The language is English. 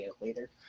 later